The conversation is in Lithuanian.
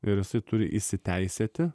ir jisai turi įsiteisėti